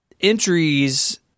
entries